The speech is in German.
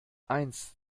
eins